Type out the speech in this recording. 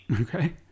Okay